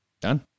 Done